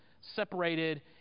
separated